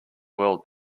world